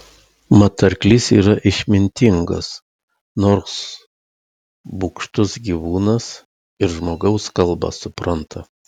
mat arklys yra išmintingas nors bugštus gyvūnas ir žmogaus kalbą supranta